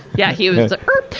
yeah. he was